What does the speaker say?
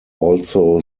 also